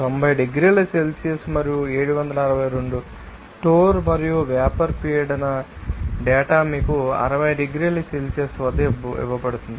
90 డిగ్రీల సెల్సియస్ మరియు 762 టోర్ మరియు వేపర్ పీడన డేటా మీకు 60 డిగ్రీల సెల్సియస్ వద్ద ఇవ్వబడుతుంది